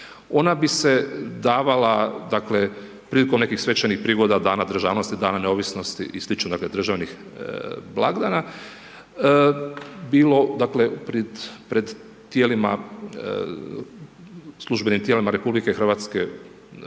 Ona bi se davala dakle prilikom nekih svečanih prigoda, dana državnosti, dana neovisnosti i slično, dakle državnih blagdana, bilo dakle pred tijelima, službenim tijelima RH u samoj državi,